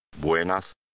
Buenas